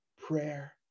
prayer